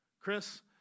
Chris